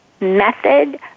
method